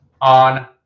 on